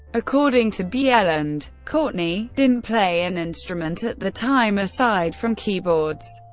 according to bjelland, courtney didn't play an instrument at the time aside from keyboards,